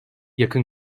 yakın